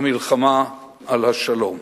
במלחמה על השלום.